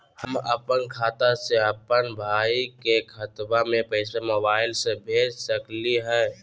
हम अपन खाता से अपन भाई के खतवा में पैसा मोबाईल से कैसे भेज सकली हई?